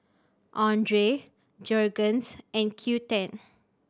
Andre Jergens and Qoo ten